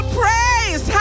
praise